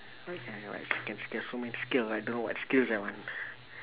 what can I write second skills so many skill I don't know what skills I want